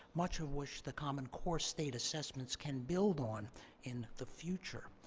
much of which the common core state assessments can build on in the future.